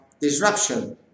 disruption